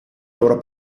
loro